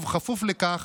בכפוף לכך,